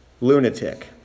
lunatic